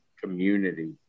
community